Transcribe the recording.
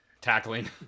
Tackling